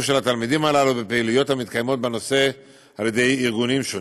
התלמידים בפעילויות המתקיימות בנושא על ידי ארגונים שונים,